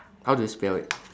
how do you spell it